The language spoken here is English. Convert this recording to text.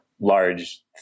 large